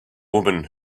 woman